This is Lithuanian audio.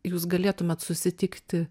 jūs galėtumėt susitikti